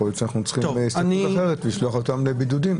אולי צריך הסתכלות אחרת ולשלוח אותם לבידוד.